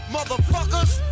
Motherfuckers